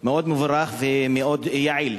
מבורך ומאוד יעיל.